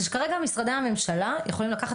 זה שכרגע משרדי הממשלה יכולים לקחת